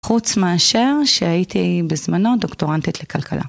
חוץ מהשאר שהייתי בזמנו דוקטורנטית לכלכלה.